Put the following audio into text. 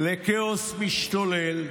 לכאוס משתולל,